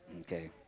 Okay